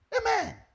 Amen